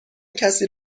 کسی